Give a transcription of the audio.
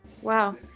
Wow